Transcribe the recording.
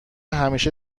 همیشه